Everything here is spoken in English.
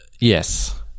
Yes